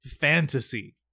fantasy